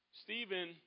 Stephen